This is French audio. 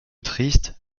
triste